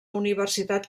universitat